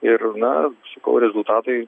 ir na sakau rezultatai